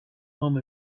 home